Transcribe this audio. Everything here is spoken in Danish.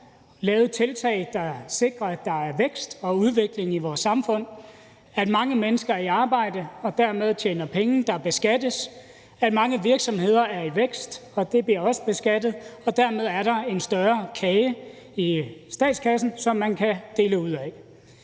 og tiltag, der sikrer, at der er vækst og udvikling i vores samfund, at mange mennesker er i arbejde og dermed tjener penge, der beskattes, at mange virksomheder er i vækst, og det bliver også beskattet. Og dermed er der en større kage i statskassen, som man kan dele ud af.